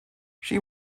she